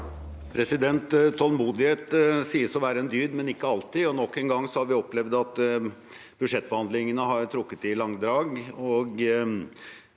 Tålmodighet sies å være en dyd, men ikke alltid, og nok en gang har vi opplevd at budsjettbehandlingene har trukket i langdrag.